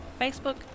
facebook